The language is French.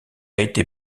été